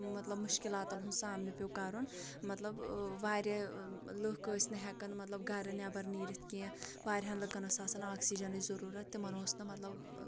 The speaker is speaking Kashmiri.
مطلب مُشکِلاتَن ہُنٛد سامنہٕ پٮ۪وو کَرُن مطلب واریاہ لُکھ ٲسۍ نہٕ ہٮ۪کان مطلب گرِ نٮ۪بر نیٖرِتھ کیٚنٛہہ واریاہَن لُکَن ٲسۍ آسان آکسیٖجَنٕچ ضروٗرت تِمَن اوس نہٕ مطلب